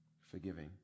forgiving